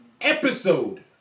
episode